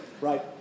Right